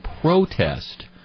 protest